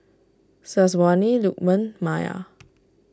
Syazwani Lukman Maya